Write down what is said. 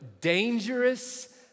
dangerous